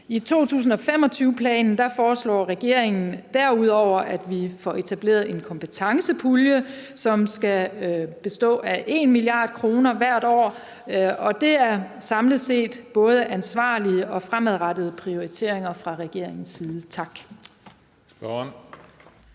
I 2025-planen foreslår regeringen derudover, at vi får etableret en kompetencepulje, som skal bestå af 1 mia. kr. hvert år, og det er samlet set både ansvarlige og fremadrettede prioriteringer fra regeringens side. Tak.